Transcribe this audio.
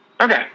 Okay